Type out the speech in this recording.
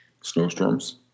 snowstorms